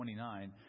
29